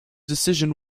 decision